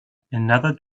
another